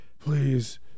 Please